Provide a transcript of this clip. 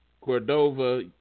Cordova